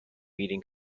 meeting